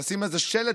לשים איזה שלט,